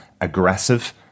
aggressive